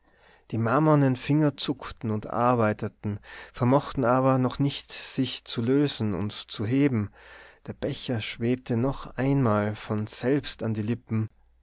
die marmornen finger zuckten und arbeiteten vermochten aber noch nicht sich zu lösen und zu heben der becher schwebte noch einmal von selbst an die lippen